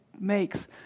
makes